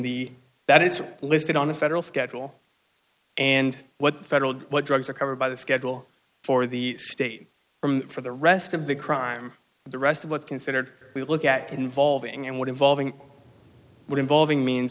the that is listed on the federal schedule and what federal what drugs are covered by the schedule for the state for the rest of the crime the rest of what's considered we look at involving and one involving what involving means